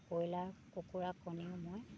broiler কুকুৰা কণীও মই